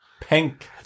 pink